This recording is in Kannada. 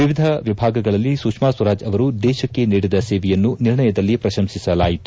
ವಿವಿಧ ವಿಭಾಗಗಳಲ್ಲಿ ಸುಷ್ಕಾ ಸ್ವರಾಜ್ ಅವರು ದೇಶಕ್ಕೆ ನೀಡಿದ ಸೇವೆಯನ್ನು ನಿರ್ಣಯದಲ್ಲಿ ಪ್ರಶಂಸಿಸಲಾಗಿದೆ